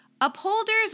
Upholders